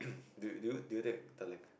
do do you do you take third lang